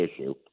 issue